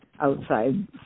outside